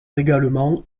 également